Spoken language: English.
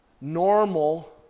normal